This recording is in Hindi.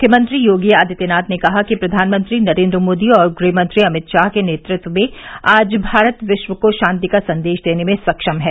मुख्यमंत्री योगी आदित्यनाथ ने कहा कि प्रधानमंत्री नरेंद्र मोदी और गृह मंत्री अमित शाह के नेतृत्व में आज भारत विश्व को शांति का संदेश देने में सक्षम है